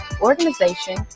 organization